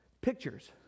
Pictures